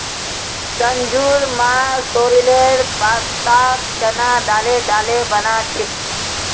संजूर मां सॉरेलेर पत्ताक चना दाले डाले बना छेक